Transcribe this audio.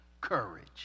courage